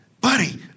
Buddy